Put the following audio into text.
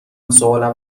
سوالم